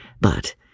But